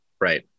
Right